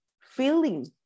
feeling